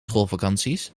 schoolvakanties